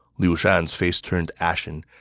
liu shan's face turned ashen,